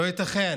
לא ייתכן.